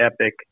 epic